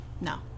No